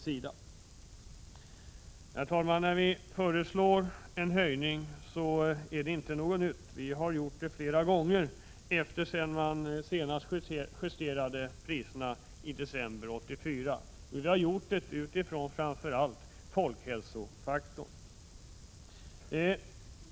Vi har flera gånger föreslagit en höjning av tobaksskatten sedan priserna senast justerades i december 1984. Vi har då främst sett till folkhälsofaktorn.